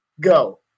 go